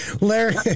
Larry